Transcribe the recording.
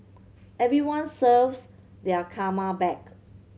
everyone serves their karma back